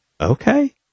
okay